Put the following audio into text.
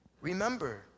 remember